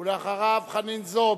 ואחריו, חנין זועבי.